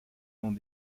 dans